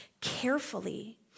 carefully